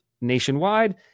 nationwide